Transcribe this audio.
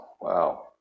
wow